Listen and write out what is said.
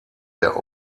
der